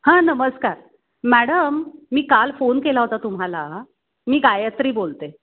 हां नमस्कार मॅडम मी काल फोन केला होता तुम्हाला मी गायत्री बोलते